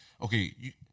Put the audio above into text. okay